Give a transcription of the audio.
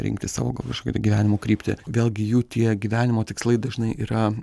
rinktis savo gal kažkokią tai gyvenimo kryptį vėlgi jų tie gyvenimo tikslai dažnai yra